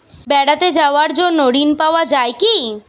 বেড়াতে যাওয়ার জন্য ঋণ পাওয়া যায় কি?